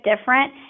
different